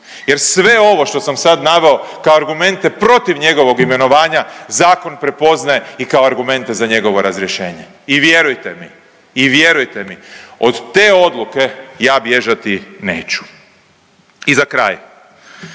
jer sve ovo što sam sad naveo kao argumente protiv njegovog imenovanja, zakon prepoznaje i kao argumente za njegovo razrješenje i vjerujte mi, i vjerujte mi, od te odluke, ja bježati neću. I za kraj,